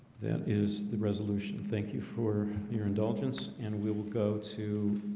that is the resolution. thank you for your indulgence and we will go to